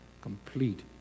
complete